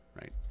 right